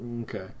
Okay